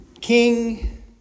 king